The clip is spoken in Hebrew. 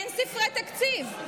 אין ספרי תקציב,